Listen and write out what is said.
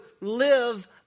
live